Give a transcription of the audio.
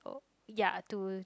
ya to